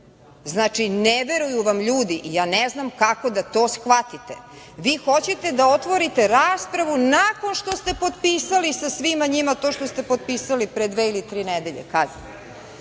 Znači, ne veruju vam ljudi. Ja ne znam kako da to shvatite. Vi hoćete da otvorite raspravu nakon što ste potpisali sa svim njima to što ste potpisali pre dve li tri nedelje. Kad?